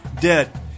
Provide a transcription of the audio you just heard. dead